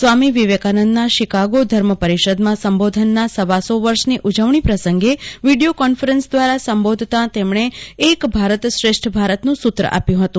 સ્વામી વિવેકાનંદના શિકાગો ધર્મ પરિષદમાં સંબોધનનાં સવાસો વર્ષની ઉજવણી પ્રસંગે વીડીયો કોન્ફરન્સ દ્વારા સંબોધતાં તેમણએ એક ભારત શ્રેષ્ઠ ભારતનું સૂત્ર આપ્યું હતું